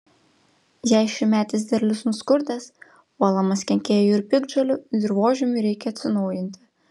jei šiųmetis derlius nuskurdęs puolamas kenkėjų ir piktžolių dirvožemiui reikia atsinaujinti